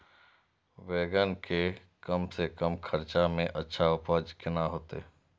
बेंगन के कम से कम खर्चा में अच्छा उपज केना होते?